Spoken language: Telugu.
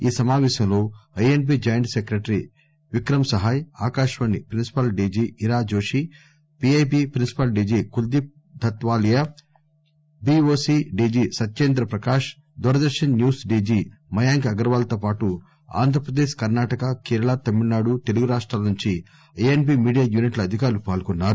ఈ సమావేశంలో ఐఎస్ బి joint secretary Vikram Sahay Akashvani principal DG Ira Joshi PIB principal DG Kuldeep Dhatwalia BOC DG Satyendra Prakash Doordarshan news DG Mayank Agarwal తో పాటు ఆంధ్రప్రదేశ్ కర్ణాటక కేరళ తమిళనాడు తెలంగాణ రాష్టాల నుంచి ఐఎస్ బీ మీడియా యూనిట్ల అధికారులు పాల్గొన్నారు